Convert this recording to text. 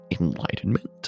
enlightenment